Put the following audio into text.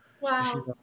Wow